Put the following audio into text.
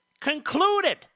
concluded